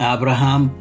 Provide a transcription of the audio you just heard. Abraham